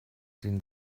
den